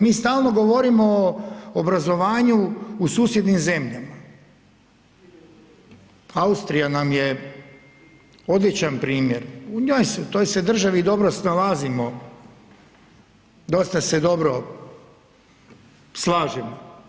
Mi stalno govorimo o obrazovanju u susjednim zemljama, Austrija nam je odličan primjer u toj se državi dobro snalazimo, dosta se dobro slažemo.